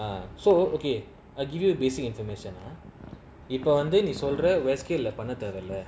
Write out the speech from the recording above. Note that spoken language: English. uh so okay ah I give you a basic information ah he இப்போவந்துநீசொல்றபண்ணதேவையில்ல:ipo vandhu nee solra panna thevailla